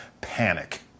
Panic